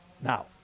Now